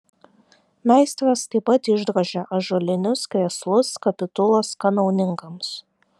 meistras taip pat išdrožė ąžuolinius krėslus kapitulos kanauninkams